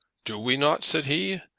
do we not? said he.